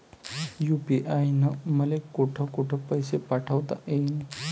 UPI न मले कोठ कोठ पैसे पाठवता येईन?